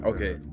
Okay